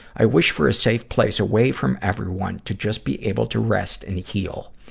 i wish for a safe place away from everyone to just be able to rest and heal.